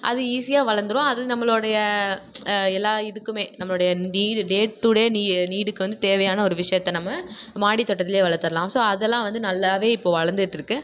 அது ஈசியாக வளந்துடும் அது நம்மளுடைய எல்லா இதுக்குமே நம்மளுடைய டே டு டே நீடுக்கு வந்து தேவையான ஒரு விஷயத்தை நம்ம மாடித் தோட்டத்துலேயே வளத்துடலாம் ஸோ அதெல்லாம் வந்து நல்லா இப்போது வளர்ந்துட்டு இருக்குது